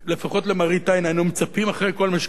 לפחות למראית עין היינו מצפים, אחרי כל מה שקרה,